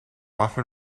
often